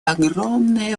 огромное